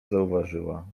zauważyła